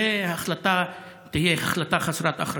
זו תהיה החלטה חסרת אחריות.